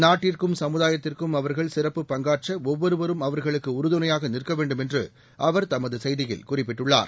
நாட்டுக்கும் கமுதாயத்துக்கும் அவர்கள் சிறப்புப் பங்காற்ற ஒவ்வொருவரும் அவர்களுக்கு உறுதுணையாக நிற்க வேண்டும் என்று அவர் தமது செய்தியில் குறிப்பிட்டுள்ளார்